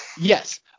Yes